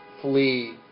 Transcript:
flee